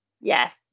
yes